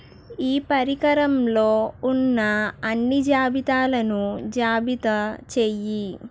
ఈ పరికరంలో ఉన్న అన్ని జాబితాలను జాబితా చెయ్యి